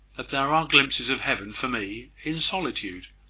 that there are glimpses of heaven for me in solitude,